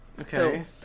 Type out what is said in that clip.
okay